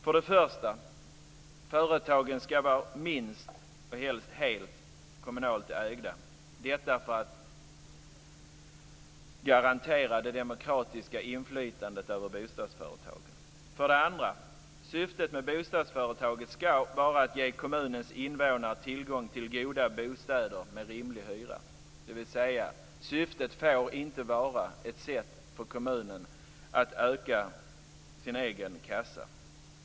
För det första skall företaget vara minst till hälften och helst helt kommunalt ägt, detta för att garantera det demokratiska inflytandet över bostadsföretagen. För det andra skall syftet med bostadsföretaget vara att ge kommunens invånare tillgång till goda bostäder med rimliga hyror, dvs. att syftet inte får vara att öka kommunens egen kassa.